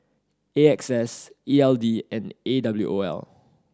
A X S E L D and A W O L